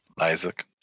Isaac